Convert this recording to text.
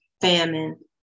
famine